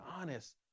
honest